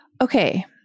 Okay